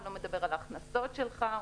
הוא לא מדבר על ההכנסות שלך,